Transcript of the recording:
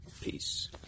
Peace